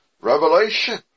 revelation